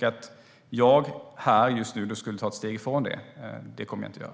Att här och nu ta ett steg ifrån det är inget jag kommer att göra.